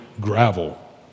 gravel